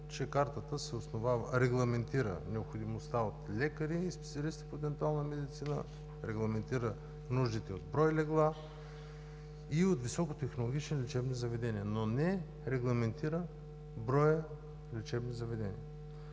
че картата регламентира необходимостта от лекари и специалисти по дентална медицина, регламентира нуждите от брой легла и от високо технологични лечебни заведения, но не регламентира броя лечебни заведения.